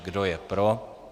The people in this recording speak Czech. Kdo je pro?